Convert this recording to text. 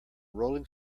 rolling